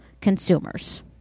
consumers